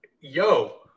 Yo